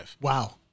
Wow